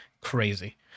Crazy